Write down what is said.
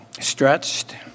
stretched